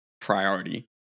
priority